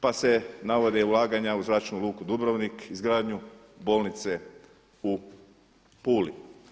Pa se navode i ulaganja u zračnu luku Dubrovnik, izgradnju bolnice u Puli.